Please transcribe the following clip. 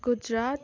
Gujarat